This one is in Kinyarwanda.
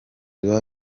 biba